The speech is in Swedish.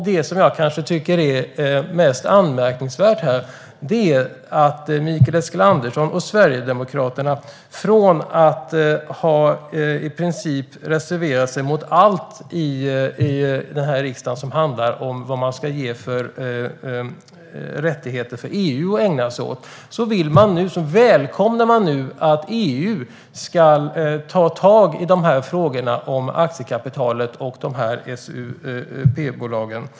Det som jag tycker är mest anmärkningsvärt är att Mikael Eskilandersson och Sverigedemokraterna från att ha i princip reserverat sig mot allt i riksdagen som handlar om vad EU ska få rätt att ägna sig åt nu välkomnar att EU ska ta tag i frågorna om aktiekapitalet och SUP-bolagen.